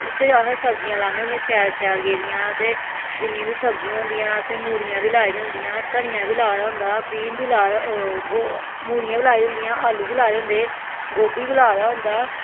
उत्थें गै अस सब्जियां लान्ने होन्ने शैल शैल गेदियां ते जिन्नियां बी सब्जियां होंदियां असैं मूलियां बी लाई दियां होंदियां धनियां बी लाए दा होंदा बीह्न बी मूलियां बी लाई दियां होंदियां आल्लू बी लाए दे होंदे गोबी बी लाए दा होंदा